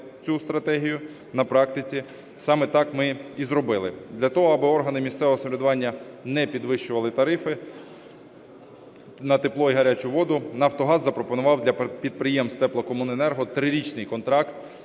цю стратегію на практиці. Саме так ми і зробили. Для того, аби органи місцевого самоврядування не підвищували тарифи на тепло і гарячу воду Нафтогаз запропонував для підприємств теплокомуненерго трирічний контракт